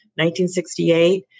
1968